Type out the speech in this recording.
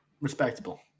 Respectable